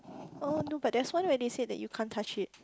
oh no but there's one where they say that you can't touch it